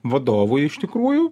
vadovui iš tikrųjų